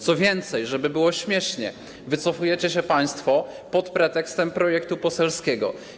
Co więcej, żeby było śmiesznie, wycofujecie się państwo pod pretekstem projektu poselskiego.